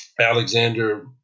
Alexander